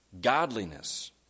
Godliness